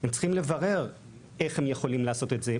הם צריכים לברר איך הם יכולים לעשות את זה,